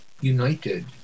united